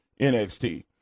NXT